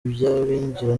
by’abinjira